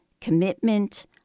commitment